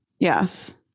Yes